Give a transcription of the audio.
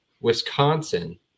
Wisconsin